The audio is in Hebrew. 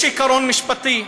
יש עיקרון משפטי.